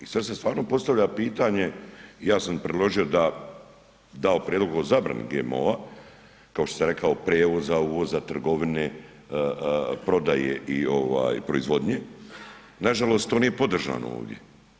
I sad se stvarno postavlja pitanje i ja sam predložio da, dao prijedlog o zabrani GMO-a, kao što sam rekao, prijevoza, uvoza, trgovine, prodaje i ovaj proizvodnje, nažalost to nije podržano ovdje.